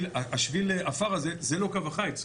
השביל עפר הזה זה לא קו החיץ,